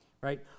right